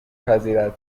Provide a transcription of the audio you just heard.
پذیرد